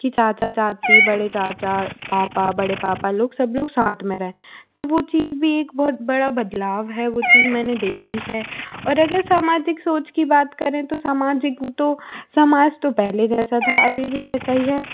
कि चाचा चाची बड़े चाचा पापा बड़े पापा लोग सब लोग साथ में रहें तो वो चीज़ भी एक बहुत बड़ा बदलाव है वो चीज़ मैंने देखी है और अगर सामाजिक सोच की बात करें तो सामाजिक हो तो सामाज तो पहले जैसा था अभी भी वैसा ही है